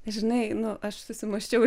žinai nu aš susimąsčiau